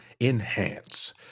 enhance